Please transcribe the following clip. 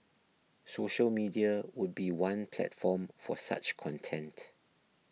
social media would be one platform for such content